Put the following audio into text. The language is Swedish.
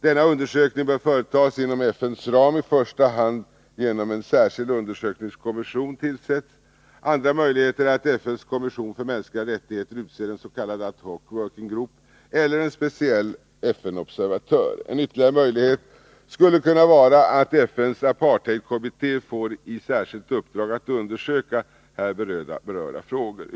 Denna undersökning bör företas inom FN:s ram, i första hand genom att en särskild undersökningskommission tillsätts. Andra möjligheter är att FN:s kommission för mänskliga rättigheter utser en s.k. Ad hoc working group eller en speciell FN observatör. En ytterligare möjlighet skulle kunna vara att FN:s antiapartheidkommitté får i särskilt uppdrag att undersöka här berörda frågor.